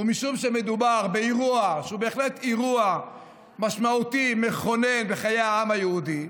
ומשום שמדובר באירוע שהוא בהחלט אירוע משמעותי מכונן בחיי העם היהודי,